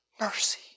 mercy